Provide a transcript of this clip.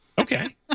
Okay